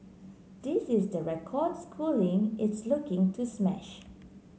this is the record Schooling is looking to smash